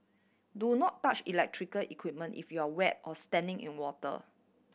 do not touch electrical equipment if you are wet or standing in water